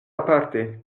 aparte